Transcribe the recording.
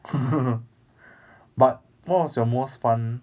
but what was your most fun